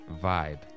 vibe